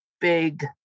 big